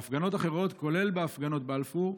בהפגנות אחרות, כולל בהפגנות בלפור,